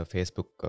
Facebook